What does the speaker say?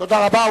תודה רבה.